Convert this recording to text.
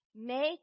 Make